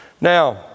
Now